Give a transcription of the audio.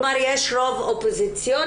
כלומר יש רוב אופוזיציוני,